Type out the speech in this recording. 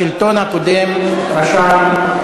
השלטון הקודם רשם,